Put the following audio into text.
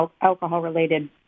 alcohol-related